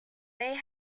they